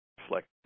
reflect